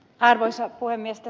arvoisa puhemies